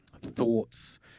thoughts